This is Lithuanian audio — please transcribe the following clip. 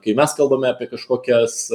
kai mes kalbame apie kažkokias